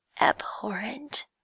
abhorrent